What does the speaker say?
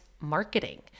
marketing